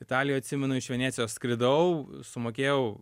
italijoj atsimenu iš venecijos skridau sumokėjau